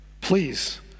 please